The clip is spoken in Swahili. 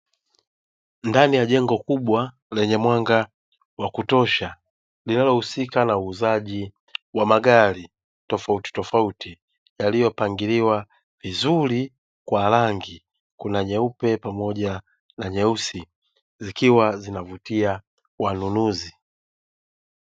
Ndani ya jengo kubwa lenye mwanga wa kutosha linalohusika na uuzaji wa magari tofautitofauti yaliyopangiliwa vizuri kwa rangi, kuna nyeupe pamoja na nyeusi zikiwa zinavutia wanunuzi.